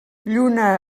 lluna